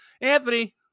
Anthony